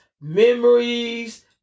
memories